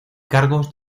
cargos